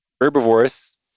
herbivores